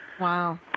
Wow